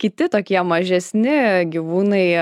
kiti tokie mažesni gyvūnai